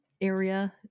area